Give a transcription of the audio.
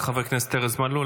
תודה רבה לחבר הכנסת ארז מלול.